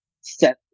set